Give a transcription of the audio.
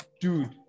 dude